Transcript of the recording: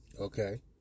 Okay